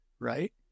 right